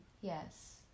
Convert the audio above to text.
yes